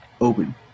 open